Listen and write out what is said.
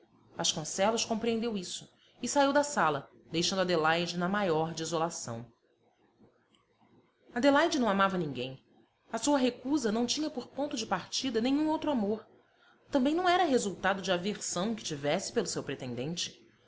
vasconcelos compreendeu isso e saiu da sala deixando adelaide na maior desolação adelaide não amava ninguém a sua recusa não tinha por ponto de partida nenhum outro amor também não era resultado de aversão que tivesse pelo seu pretendente